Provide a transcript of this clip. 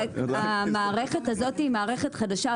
המערכת הזו היא חדשה.